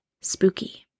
spooky